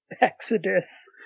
Exodus